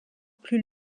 plus